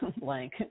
blank